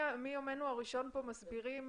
מיומנו הראשון כאן אנחנו מסבירים